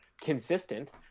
consistent